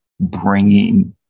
bringing